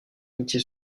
amitié